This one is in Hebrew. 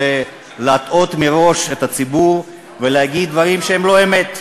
להטעות מראש את הציבור ולהגיד דברים שהם לא-אמת.